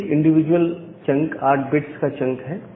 प्रत्येक individual chunk 8 bits का chunk है